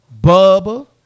Bubba